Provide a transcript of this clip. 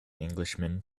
englishman